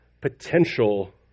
potential